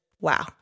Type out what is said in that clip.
wow